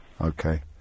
Okay